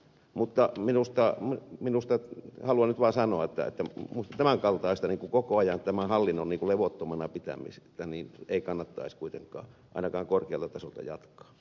mutta haluan nyt vaan sanoa että tämän kaltaista tämän hallinnon pitämistä koko ajan levottomana ei kannattaisi kuitenkaan ainakaan korkealta tasolta jatkaa